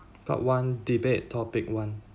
part one debate topic one